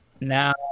Now